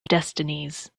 destinies